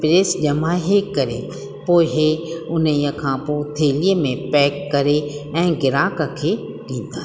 press ॼमाए करे पोइ उन ई खां पोइ थेलीअ में पैक करे ऐं गिराक खे ॾींदासीं